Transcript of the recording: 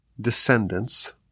descendants